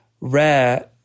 rare